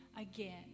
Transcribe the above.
again